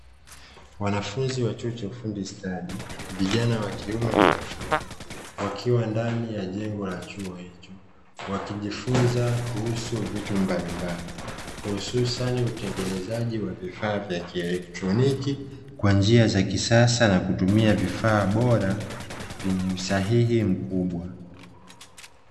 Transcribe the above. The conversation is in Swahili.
Wanafunzi wa chuo cha ufundi stadi vijana wakiume na wakike wakiwa ndani ya jengo la chuo hicho, wakijifunza kuhusu vitu mbalimbali hususani utengenezaji wa vifaa vya kieletroniki kwa njia za kisasa na kutumia vifaa bora vyenye usahihi mkubwa.